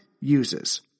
uses